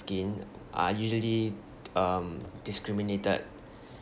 skin are usually um discriminated